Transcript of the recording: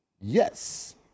Yes